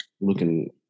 looking